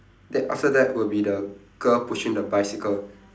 then after that will be the girl pushing the bicycle